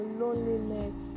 loneliness